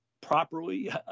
properly